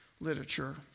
literature